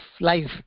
life